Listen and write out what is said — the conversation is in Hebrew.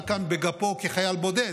נמצא כאן בגפו כחייל בודד,